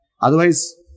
Otherwise